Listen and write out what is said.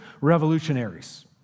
revolutionaries